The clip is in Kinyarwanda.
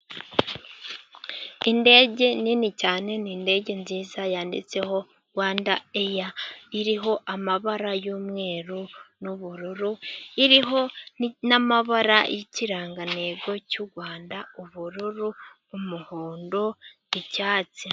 Indege nini cyane ni indege nziza yanditseho rwandeya, iriho amabara y'umweru n'ubururu, iriho n'amabara y'ikirangantego cy'urwanda: ubururu, umuhondo n'icyatsi.